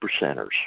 percenters